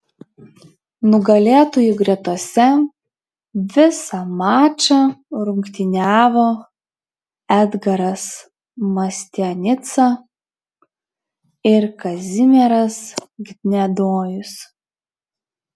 nugalėtojų gretose visą mačą rungtyniavo edgaras mastianica ir kazimieras gnedojus